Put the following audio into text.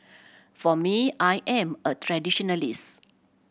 for me I am a traditionalist